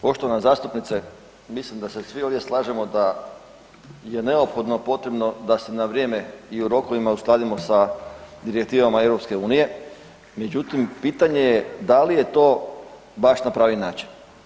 Poštovana zastupnice mislim da se svi ovdje slažemo da je neophodno potrebno da se na vrijeme i u rokovima uskladimo sa direktivama EU, međutim pitanje je da li je to baš na pravi način.